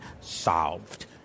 solved